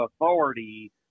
authority